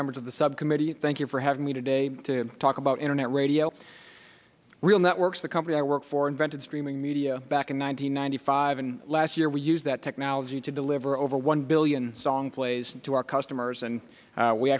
members of the subcommittee thank you for having me today to talk about internet radio real networks the company i work for invented streaming media back in one nine hundred ninety five and last year we use that technology to deliver over one billion song plays to our customers and